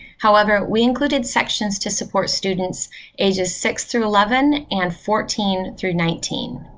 however, we included sections to support students ages six through eleven, and fourteen through nineteen.